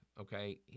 okay